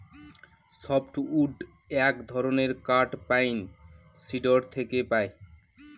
soft wood এক ধরনের কাঠ পাইন, সিডর থেকে পাই